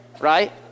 right